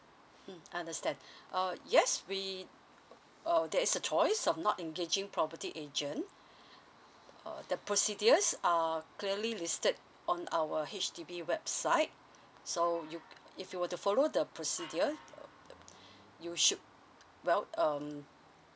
mm understand err yes we uh there is a choice of not engaging property agent uh the procedures are clearly listed on our H_D_B website so you if you were to follow the procedure you should well um